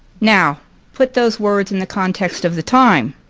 now put those words in the context of the time.